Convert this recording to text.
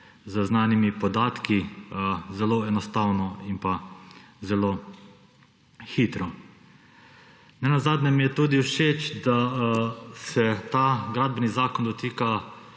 z znanimi podatki zelo enostavno in pa zelo hitro. Nenazadnje mi je tudi všeč, da se ta gradbeni zakon dotika